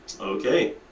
Okay